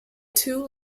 two